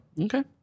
Okay